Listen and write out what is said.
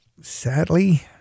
Sadly